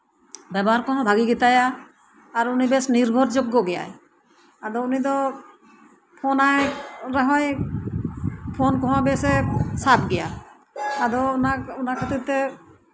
ᱵᱮᱵᱚᱦᱟᱨ ᱠᱚᱦᱚᱸ ᱵᱷᱟᱜᱤ ᱜᱮᱛᱟᱭᱟ ᱩᱱᱤ ᱵᱮᱥ ᱱᱤᱨᱵᱷᱚᱨ ᱡᱳᱜᱜᱚ ᱜᱮᱭᱟ ᱟᱫᱚ ᱩᱱᱤ ᱫᱚ ᱯᱷᱳᱱ ᱟᱭ ᱨᱮᱦᱚᱭ ᱯᱷᱳᱱ ᱠᱚᱸᱦᱚ ᱵᱮᱥ ᱮᱭ ᱥᱟᱵ ᱜᱮᱭᱟ ᱟᱫᱚ ᱚᱱᱟ ᱠᱷᱟᱹᱛᱤᱨ ᱛᱮ